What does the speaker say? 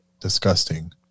disgusting